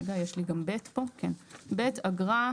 "(ב) אגרה",